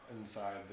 inside